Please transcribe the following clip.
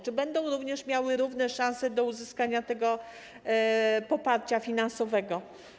Czy będą również miały równe szanse w przypadku uzyskania tego poparcia finansowego?